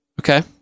Okay